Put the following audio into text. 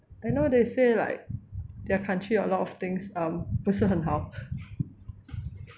I know they say like their country a lot of things um 不是很好